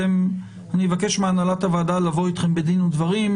אני אבקש מהנהלת הוועדה לבוא איתכם בדין ודברים,